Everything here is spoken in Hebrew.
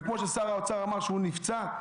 כמו ששר האוצר אמר שהוא נפצע,